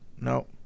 No